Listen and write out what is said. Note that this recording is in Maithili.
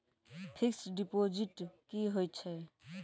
फिक्स्ड डिपोजिट की होय छै?